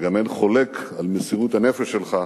וגם אין חולק על מסירות הנפש שלך,